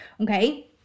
okay